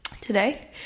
today